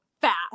fast